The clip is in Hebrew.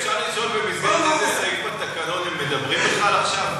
אפשר לשאול במסגרת איזה סעיף בתקנון הם מדברים בכלל עכשיו?